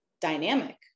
dynamic